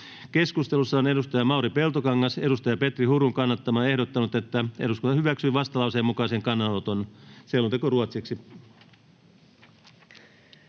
Keskustelussa on Mauri Peltokangas Petri Hurun kannattamana ehdottanut, että eduskunta hyväksyy vastalauseen mukaisen kannanoton.